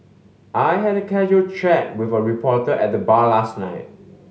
I had a casual chat with a reporter at the bar last night